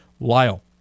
Lyle